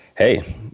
hey